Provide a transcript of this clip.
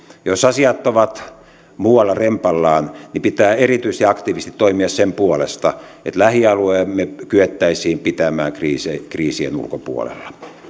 jos asiat ovat muualla rempallaan pitää erityisen aktiivisesti toimia sen puolesta että lähialueemme kyettäisiin pitämään kriisien ulkopuolella